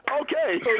Okay